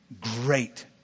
great